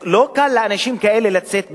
לא קל לאנשים כאלה לצאת במאבק.